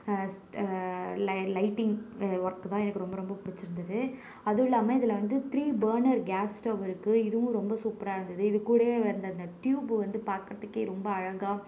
லை lighting work தான் எனக்கு ரொம்ப ரொம்ப பிடிச்சிருந்துது அதுவும் இல்லாமல் இதில் வந்து த்ரீ பர்னர் கேஸ் ஸ்டவ் இருக்குது இதுவும் ரொம்ப சூப்பராக இருந்தது இது கூடவே இருந்த அந்த டியூப் வந்து பார்க்குறதுக்கே ரொம்ப அழகாக